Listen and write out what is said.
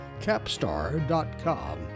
capstar.com